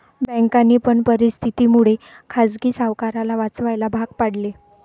बँकांनी पण परिस्थिती मुळे खाजगी सावकाराला वाचवायला भाग पाडले